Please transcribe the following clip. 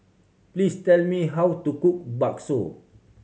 please tell me how to cook bakso